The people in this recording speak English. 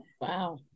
Wow